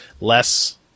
less